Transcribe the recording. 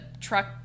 truck